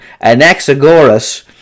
Anaxagoras